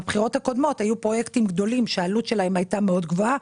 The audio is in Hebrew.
בבחירות הקודמות היו פרויקטים גדולים שהעלות שלהם הייתה מאוד גבוהה,